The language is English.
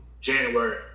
January